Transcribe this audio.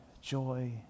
joy